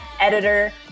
editor